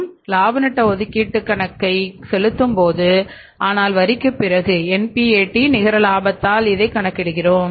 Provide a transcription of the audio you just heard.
நாம் லாப நஷ்டஒதுக்கீட்டுக் கணக்கை செலுத்தும்போது ஆனால் வரிக்குப் பிறகு NPAT நிகர லாபத்தால் இதைச் கணக்கிடுகிறோம்